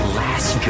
last